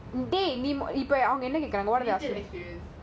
டேய் இப்ப இப்போ அவங்க என்ன கேக்குறாங்க:dei ipa ipo avanga enna keakuranga